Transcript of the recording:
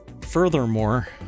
Furthermore